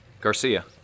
Garcia